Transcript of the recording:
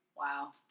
Wow